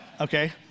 okay